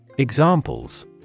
Examples